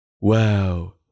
Wow